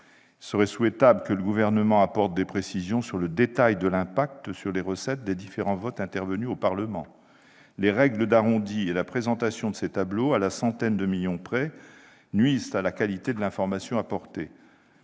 Il serait souhaitable que le Gouvernement apporte des précisions quant au détail de l'impact sur les recettes des différents votes intervenus au Parlement. Les règles d'arrondi et la présentation de ces tableaux « à la centaine de millions d'euros près », nuisent à la qualité de l'information apportée.